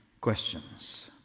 questions